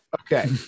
Okay